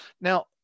now